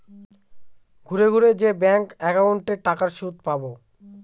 ঘুরে ঘুরে যে ব্যাঙ্ক একাউন্টে টাকার সুদ পাবো